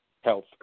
health